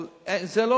אבל זו לא